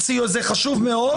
זה חשוב מאוד,